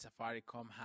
Safaricom